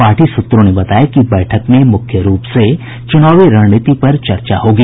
party सूत्रों ने बताया कि बैठक में मुख्य रूप से चुनावी रणनीति पर चर्चा होगी